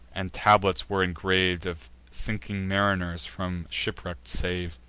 and tablets were ingrav'd, of sinking mariners from shipwrack sav'd.